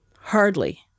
Hardly